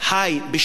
בהרמוניה,